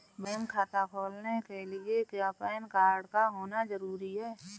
Bank खाता खोलने के लिए क्या पैन कार्ड का होना ज़रूरी है?